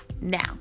now